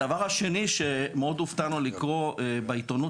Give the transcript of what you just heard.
הדבר השני שמאוד הופתענו לקרוא בעיתונות